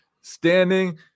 standing